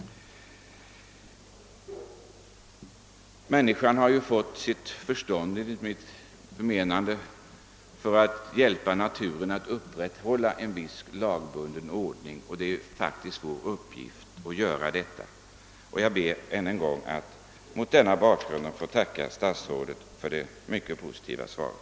Människan har enligt mitt förmenande fått sitt förstånd för att hjälpa naturen att upprätthålla en viss lagbunden ordning, och det är vår uppgift att göra det. Jag ber ännu en gång att få tacka statsrådet för det mycket positiva svaret.